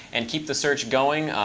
and keep the search going,